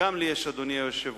וגם לי יש, אדוני היושב-ראש,